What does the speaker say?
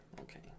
okay